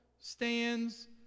stands